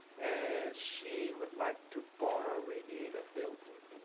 and she would like to borrow, radiator building.